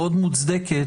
המאוד מוצדקת,